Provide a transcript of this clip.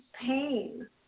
pain